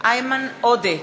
איימן עודה,